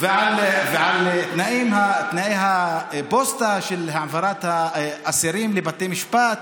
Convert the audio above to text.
על תנאי הפוסטה של העברת האסירים לבתי משפט